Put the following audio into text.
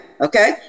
okay